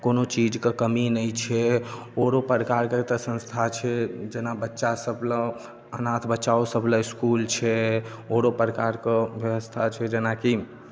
कोनो चीजके कमी नहि छै आओरो प्रकारके एतय संस्था छै जेना बच्चासभ लेल अनाथ बच्चाओ सभ लेल इसकूल छै आओरो प्रकारके व्यवस्था छै जेनाकि